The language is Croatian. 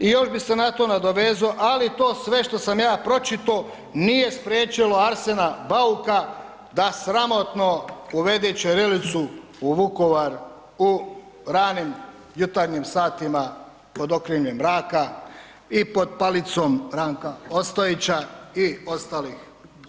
I još bi se na to nadovezao, ali to sve što sam ja pročito nije spriječilo Arsena Bauka da sramotno uvede ćirilicu u Vukovar u ranim jutarnjim satima pod okriljem mraka i pod palicom Ranka Ostojića i ostalih.